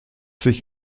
sich